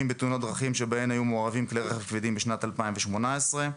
האירופית, שאורכה תשע שעות.